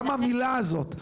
למה המילה הזאת?